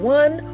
one